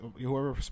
whoever